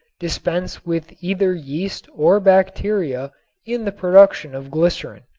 dispense with either yeast or bacteria in the production of glycerin.